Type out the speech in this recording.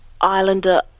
Islander